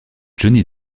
johnny